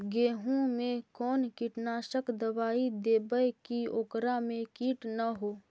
गेहूं में कोन कीटनाशक दबाइ देबै कि ओकरा मे किट न हो?